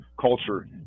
culture